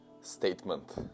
statement